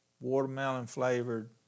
watermelon-flavored